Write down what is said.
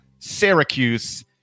Syracuse